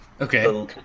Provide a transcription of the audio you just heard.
Okay